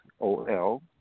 O-L